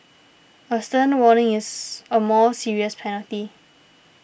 a stern warning is a more serious penalty